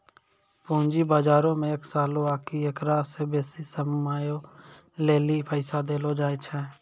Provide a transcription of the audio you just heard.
पूंजी बजारो मे एक सालो आकि एकरा से बेसी समयो लेली पैसा देलो जाय छै